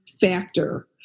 factor